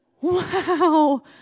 wow